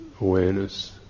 awareness